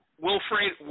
Wilfred